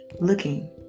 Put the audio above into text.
looking